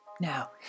Now